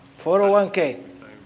401k